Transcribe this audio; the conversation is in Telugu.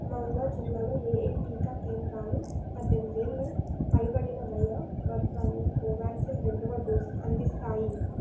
మాల్దా జిల్లాలో ఏయే టీకా కేంద్రాలు పద్దెనిమిది ఏళ్ళ పైబడిన వయో వర్గానికి కొవాక్సీన్ రెండవ డోసు అందిస్తాయి